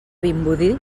vimbodí